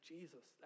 Jesus